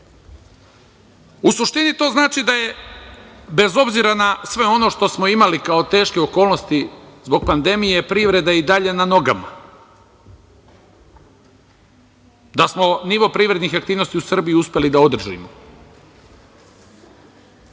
U suštini to znači da je bez obzira na sve ono što smo imali kao teške okolnosti zbog pandemije privreda je i dalje na nogama, da smo nivo privrednih aktivnosti u Srbiji uspeli da održimo.